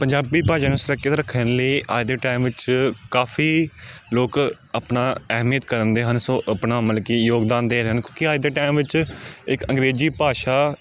ਪੰਜਾਬੀ ਭਾਸ਼ਾ ਨੂੰ ਸੁਰੱਖਿਅਤ ਰੱਖਣ ਲਈ ਅੱਜ ਦੇ ਟਾਈਮ ਵਿੱਚ ਕਾਫੀ ਲੋਕ ਆਪਣਾ ਅਹਿਮੀਅਤ ਕਰਨ ਦੇ ਹਨ ਸੋ ਆਪਣਾ ਮਤਲਬ ਕਿ ਯੋਗਦਾਨ ਦੇ ਰਹੇ ਹਨ ਕਿਉਂਕਿ ਅੱਜ ਦੇ ਟਾਈਮ ਵਿੱਚ ਇੱਕ ਅੰਗਰੇਜ਼ੀ ਭਾਸ਼ਾ